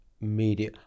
media